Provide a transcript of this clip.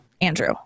Andrew